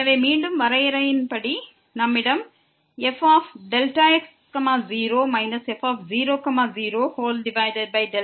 எனவே மீண்டும் வரையறையின்படி நம்மிடம் fΔx0 f00Δx க்கு சமமான fx0 0 உள்ளது